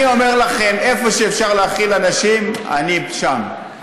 אני אומר לכם, איפה שאפשר להאכיל אנשים, אני שם.